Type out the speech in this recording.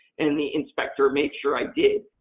and the inspector made sure i did.